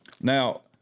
Now